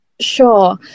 Sure